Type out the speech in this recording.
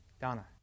Donna